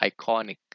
Iconic